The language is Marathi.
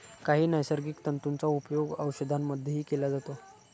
काही नैसर्गिक तंतूंचा उपयोग औषधांमध्येही केला जातो